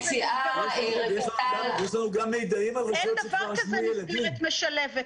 אין דבר כזה מסגרת משלבת.